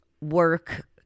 work